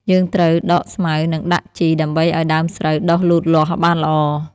យើងត្រូវដកស្មៅ និងដាក់ជីដើម្បីឱ្យដើមស្រូវដុះលូតលាស់បានល្អ។